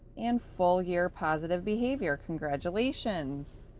and full year positive behavior. congratulations.